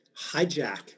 hijack